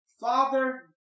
Father